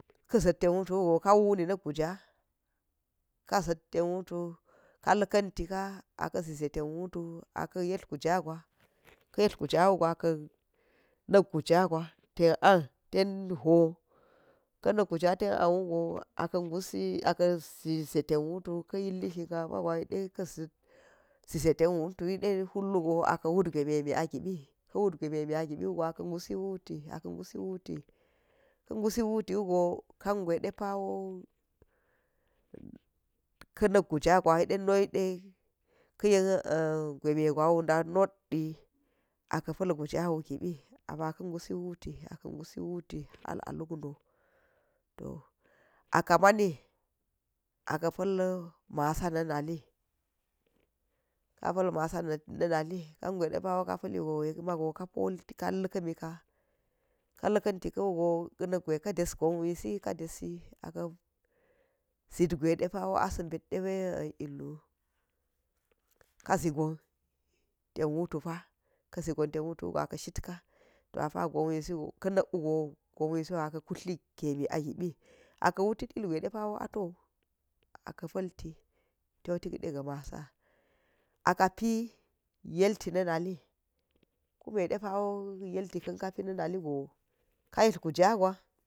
Ka̱ za̱ ten watu wo go ka wuni nị guja, ka zị ten wutu ka la̱ka̱ntika a ka̱ zi ze ten wutu a ka̱ yetl gujagwa a ka̱ nị guja gwa ten nhoo, ka̱ nị guja ten an wugo a ka̱ gusi a ka̱ zi ze ten wutu a ka̱ yil shinkafa gwadiye, ka̱ zi ze ten wutu yide hul wugwo a ka̱ wut gweme mi a gi ɓi a ka̱ gusi wati, a ka̱ gusi nwuti, ka̱ gusi wuti wugo kang we yi ɗe pawoo ka̱ na̱k guja gwa yi ɗe no woo de, ka̱ yen gweme gwawo ɗa not ie a ka̱ pị gujawu gi bi a pa ka̱ gusi wuti hal a luk no toh a kamani a ka̱ pa̱l masa na̱ nali ka pa̱l masa na̱ nali kang we de pawo ka la̱ kmika, ka̱ la̱ ka̱ ti ka̱ wu gwo na̱ gwe ka̱ wu gwo na̱ gwe ka̱ des gwonwi si kadesi ka zit gwe de pawo a sa̱ ɓet de illu wu, ka zi gon ten w utu pa ka̱ zi gon ten w utu wo go a ka̱ shit ka tohapa gwon wiso ka̱ na̱ wo go, go wi sa a ka̱ kutl gemi a gi bi a ka wutit ilgwe de pawo a towu a ka̱ pa̱ ti to tik de ga̱ masa, a ka pi yelti na̱ na li ku me de pawo yeti ka̱ ka pi na̱ naligo ka yatl go jawugo.